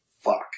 fuck